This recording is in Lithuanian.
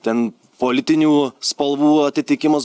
ten politinių spalvų atitikimas